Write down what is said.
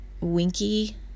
winky